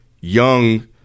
young